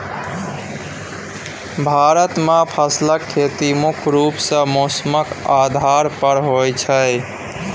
भारत मे फसलक खेती मुख्य रूप सँ मौसमक आधार पर होइ छै